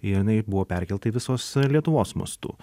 ir jinai buvo perkelta į visos lietuvos mastu